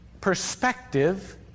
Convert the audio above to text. perspective